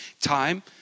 Time